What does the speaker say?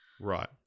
Right